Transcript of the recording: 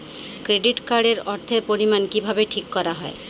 Credit card এর অর্থের পরিমান কিভাবে ঠিক করা হয়?